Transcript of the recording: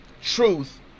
truth